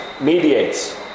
mediates